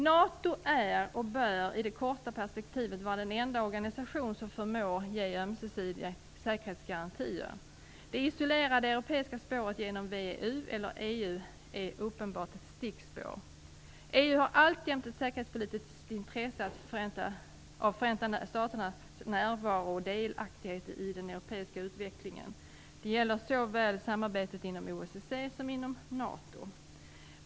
NATO är och bör i det korta perspektivet vara den enda organisation som förmår ge ömsesidiga säkerhetsgarantier. Det isolerade europeiska spåret genom VEU eller EU är ett uppenbart stickspår. EU har alltjämt ett säkerhetspolitiskt intresse av Förenta staternas närvaro och delaktighet i den europeiska utvecklingen. Det gäller såväl i samarbetet inom OSSE som inom NATO.